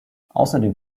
außerdem